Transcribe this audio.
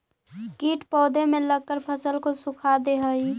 कीट पौधे में लगकर फसल को सुखा दे हई